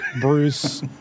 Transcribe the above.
Bruce